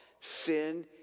sin